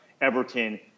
Everton –